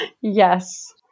Yes